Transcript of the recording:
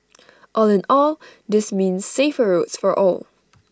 all in all this means safer roads for all